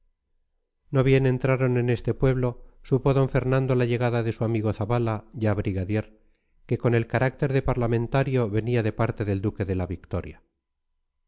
no bien entraron en este pueblo supo d fernando la llegada de su amigo zabala ya brigadier que con el carácter de parlamentario venía de parte del duque de la victoria